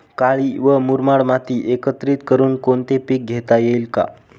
काळी व मुरमाड माती एकत्रित करुन कोणते पीक घेता येईल का?